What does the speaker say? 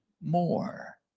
more